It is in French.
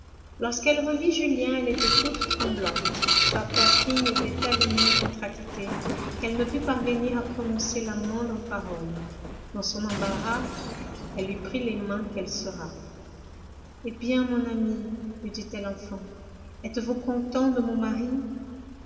lorsqu'elle revit julien elle était toute tremblante sa poitrine était tellement contractée qu'elle ne put parvenir à prononcer la moindre parole dans son embarras elle lui prit les mains qu'elle serra eh bien mon ami lui dit-elle enfin êtes-vous content de mon mari